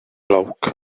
locke